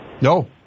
No